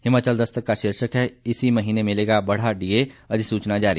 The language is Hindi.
हिमाचल दस्तक का शीर्षक है इसी महीने मिलेगा बढ़ा डीए अधिसूचना जारी